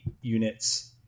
units